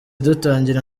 dutangira